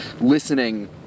listening